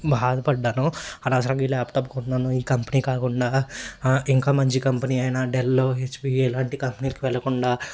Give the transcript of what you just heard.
బాధపడ్డాను అనవసరంగా ఈ ల్యాప్టప్ కొన్నాను ఈ కంపెనీ కాకుండా ఇంకా మంచి కంపెనీ అయినా డెల్లో హెచ్పీ ఇలాంటి కంపెనీకి వెళ్ళకుండా